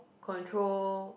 control